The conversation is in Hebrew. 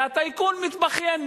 והטייקון מתבכיין,